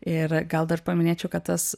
ir gal dar paminėčiau kad tas